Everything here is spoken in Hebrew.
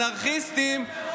אנרכיסטים,